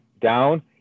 down